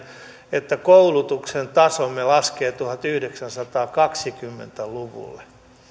että koulutuksemme taso laskee tuhatyhdeksänsataakaksikymmentä luvulle